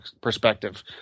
perspective